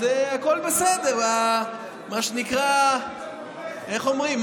אז הכול בסדר, מה שנקרא, איך אומרים?